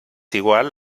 igual